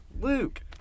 Luke